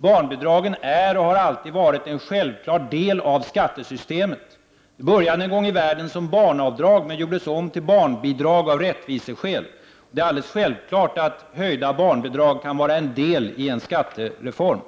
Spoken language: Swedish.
Barnbidragen är och har alltid varit en självklar del av skattesystemet. Det började en gång i världen som barnavdrag men gjordes om till barnbidrag av rättviseskäl. Det är alldeles självklart att höjda barnbidrag kan vara en del i en skattereform.